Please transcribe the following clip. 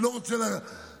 אני לא רוצה לעשות